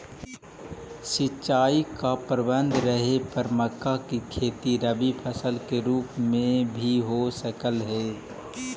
सिंचाई का प्रबंध रहे पर मक्का की खेती रबी फसल के रूप में भी हो सकलई हे